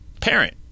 parent